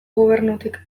gobernutik